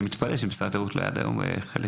לכן אני מתפלא שמשרד התיירות עד היום לא היה חלק מזה.